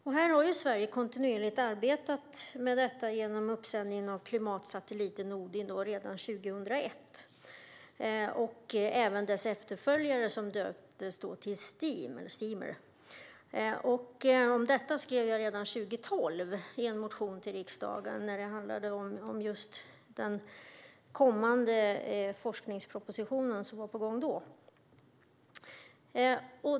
Sverige har kontinuerligt arbetat med detta genom uppsändningen av klimatsatelliten Odin - redan 2001 - och även dess efterföljare, som döptes till Steam. Om detta skrev jag redan 2012 i en motion till riksdagen om den forskningsproposition som var på gång då.